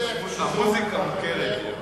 זאת המוזיקה המוכרת.